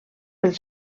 pel